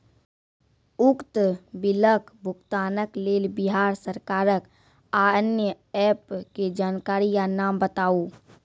उक्त बिलक भुगतानक लेल बिहार सरकारक आअन्य एप के जानकारी या नाम बताऊ?